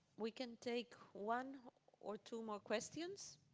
we can take one or two more questions.